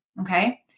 Okay